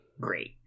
great